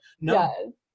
no